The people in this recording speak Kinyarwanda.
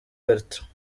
bertrand